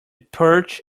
perch